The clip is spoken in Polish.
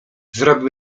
zrobił